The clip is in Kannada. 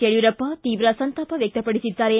ಯಡಿಯೂರಪ್ಪ ತೀವ್ರ ಸಂತಾಪ ವ್ಯಕ್ತಪಡಿಸಿದ್ದಾರೆ